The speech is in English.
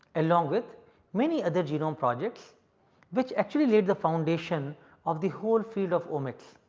along with many other genome projects which actually laid the foundation of the whole field of omics.